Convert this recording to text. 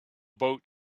boat